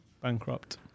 Bankrupt